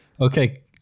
okay